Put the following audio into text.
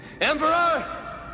Emperor